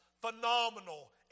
phenomenal